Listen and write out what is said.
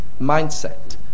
mindset